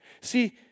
See